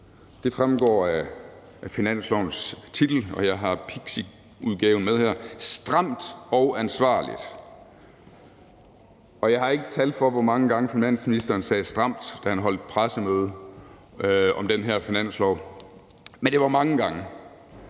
fremgår af finanslovens titel, og jeg har pixiudgaven med her: »Stramt og ansvarligt«. Og jeg har ikke tal for, hvor mange gange finansministeren sagde »stramt«, da han holdt pressemøde om den her finanslov, men det var mange gange.